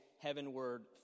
heavenward